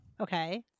okay